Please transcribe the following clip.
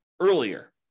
earlier